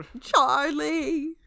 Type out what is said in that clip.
Charlie